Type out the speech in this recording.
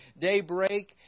daybreak